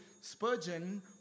Spurgeon